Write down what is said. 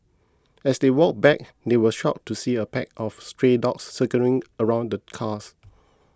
as they walked back they were shocked to see a pack of stray dogs circling around the cars